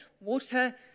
water